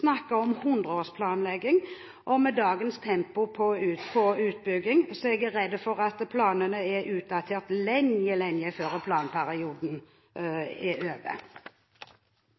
snakker om hundreårsplanlegging. Med dagens tempo i utbygging er jeg redd for at planene er utdatert lenge, lenge før planperioden er over.